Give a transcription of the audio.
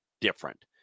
different